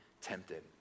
tempted